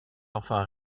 enfin